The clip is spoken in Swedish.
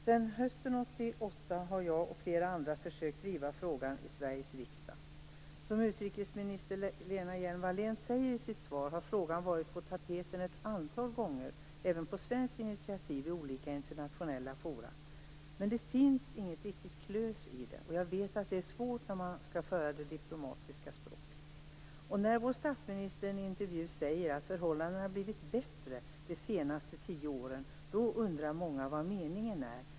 Sedan hösten 1988 har jag och flera andra försökt driva denna fråga i Sveriges riksdag. Som utrikesminister Lena Hjelm-Wallén säger i sitt svar har frågan varit på tapeten ett antal gånger, även på svenskt initiativ, i olika internationella forum. Men det finns inget riktigt "klös" i det hela, och jag vet att det är svårt när man skall tala det diplomatiska språket. När vår statsminister i en intervju säger att förhållandena blivit bättre under de senaste tio åren undrar många vad meningen är.